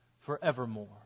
forevermore